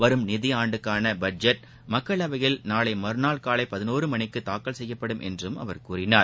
வரும் நிதியாண்டுக்கான பட்ஜெட் மக்களவையில் நாளை மறுநாள் காலை பதினோரு மணிக்கு தாக்கல் செய்யப்படும் என்றும் அவர் கூறினார்